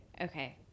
Okay